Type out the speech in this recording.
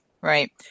Right